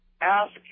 Ask